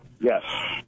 Yes